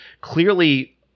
clearly